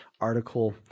article